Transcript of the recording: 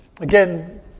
Again